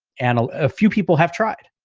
and a ah few people have tried,